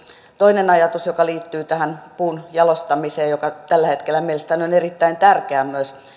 toinen ajatus joka liittyy puun jalostamiseen joka tällä hetkellä on mielestäni erittäin tärkeä myös